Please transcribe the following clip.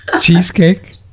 cheesecake